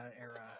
era